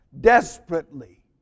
desperately